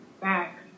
back